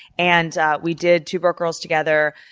and we did two broke girls together.